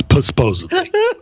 supposedly